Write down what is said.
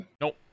Nope